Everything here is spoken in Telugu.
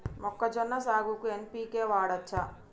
మొక్కజొన్న సాగుకు ఎన్.పి.కే వాడచ్చా?